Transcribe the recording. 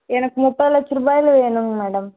எனக்கு முப்பது லட்சம் ரூபாயில் வேணுங்க மேடம்